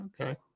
Okay